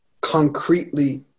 concretely